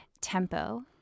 Tempo